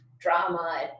drama